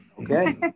Okay